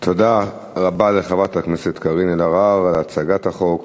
תודה רבה לחברת הכנסת קארין אלהרר על הצגת החוק.